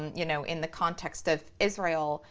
you know in the context of israel,